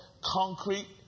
concrete